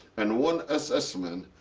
and one ss man,